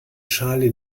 schale